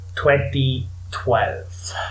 2012